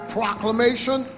proclamation